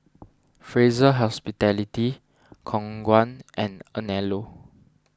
Fraser Hospitality Khong Guan and Anello